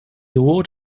award